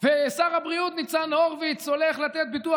שר הבריאות ניצן הורוביץ הולך לתת ביטוח